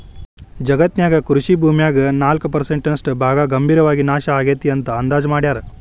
ಜಗತ್ತಿನ್ಯಾಗ ಕೃಷಿ ಭೂಮ್ಯಾಗ ನಾಲ್ಕ್ ಪರ್ಸೆಂಟ್ ನಷ್ಟ ಭಾಗ ಗಂಭೇರವಾಗಿ ನಾಶ ಆಗೇತಿ ಅಂತ ಅಂದಾಜ್ ಮಾಡ್ಯಾರ